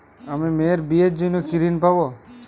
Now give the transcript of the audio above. আমি মেয়ের বিয়ের জন্য কি ঋণ পাবো?